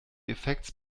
effekts